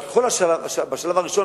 בשלב הראשון,